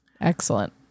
Excellent